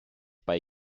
bei